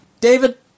David